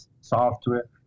software